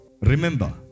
remember